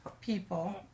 people